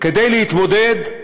כדי להתמודד,